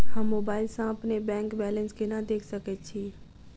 हम मोबाइल सा अपने बैंक बैलेंस केना देख सकैत छी?